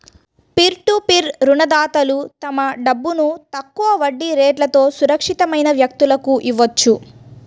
peer to peer రుణదాతలు తమ డబ్బును తక్కువ వడ్డీ రేట్లతో సురక్షితమైన వ్యక్తులకు ఇవ్వొచ్చు